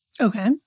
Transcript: Okay